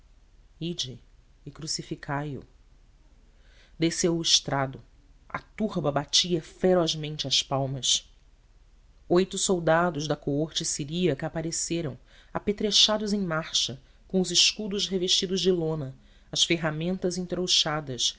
e crucificai o desceu o estrado a turba batia ferozmente as palmas oito soldados da coorte siríaca apareceram apetrechados em marcha com os escudos revestidos de lona as ferramentas entrouxadas